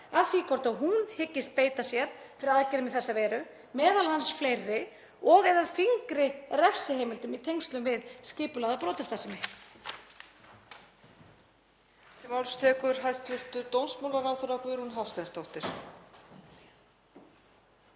að því hvort hún hyggist beita sér fyrir aðgerðum í þessa veru, m.a. með fleiri og/eða þyngri refsiheimildum í tengslum við skipulagða brotastarfsemi.